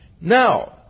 Now